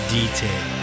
detail